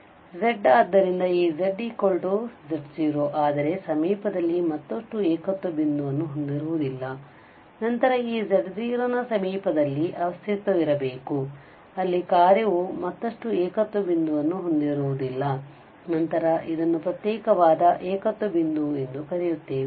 ಆದ್ದರಿಂದ ಈ zz0 ಆದರೆ ಸಮೀಪದಲ್ಲಿ ಮತ್ತಷ್ಟು ಏಕತ್ವ ಬಿಂದು ವನ್ನು ಹೊಂದಿರುವುದಿಲ್ಲ ನಂತರ ಈ z0 ನ ಸಮೀಪದಲ್ಲಿ ಅಸ್ತಿತ್ವವಿರಬೇಕು ಅಲ್ಲಿ ಕಾರ್ಯವು ಮತ್ತಷ್ಟು ಏಕತ್ವ ಬಿಂದುವನ್ನು ಹೊಂದಿರುವುದಿಲ್ಲ ನಂತರ ಇದನ್ನು ಪ್ರತ್ಯೇಕವಾದ ಏಕತ್ವ ಬಿಂದು ಎಂದು ಕರೆಯುತ್ತೇವೆ